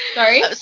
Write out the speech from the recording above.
Sorry